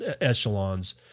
echelons